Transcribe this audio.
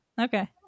Okay